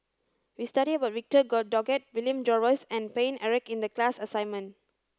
we studied about Victor Doggett William Jervois and Paine Eric in the class assignment